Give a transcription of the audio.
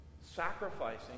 sacrificing